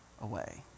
away